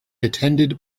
attended